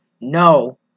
No